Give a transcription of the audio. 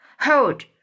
Hold